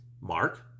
Mark